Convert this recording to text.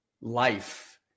life